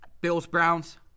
Bills-Browns